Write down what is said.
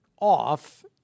off